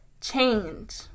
change